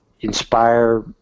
inspire